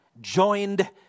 joined